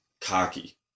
cocky